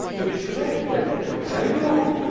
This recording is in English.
the train went flying on,